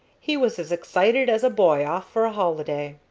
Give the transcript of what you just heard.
he was as excited as a boy off for a holiday.